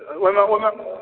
ओहिमे ओहिमे